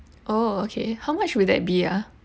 oh okay how much will that be ah